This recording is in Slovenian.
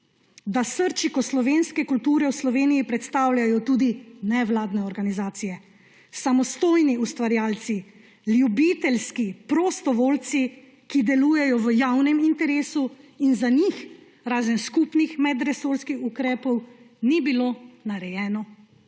da srčiko slovenske kulture v Sloveniji predstavljajo tudi nevladne organizacije, samostojni ustvarjalci, ljubiteljski prostovoljci, ki delujejo v javnem interesu in za njih, razen skupnih medresorskih ukrepov, ni bilo narejeno